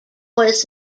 was